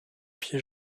pied